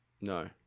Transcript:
No